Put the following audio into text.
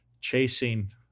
chasing